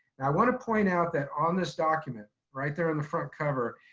and i wanna point out that on this document right there on the front cover,